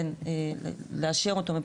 בין לאשר אותו.